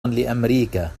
لأمريكا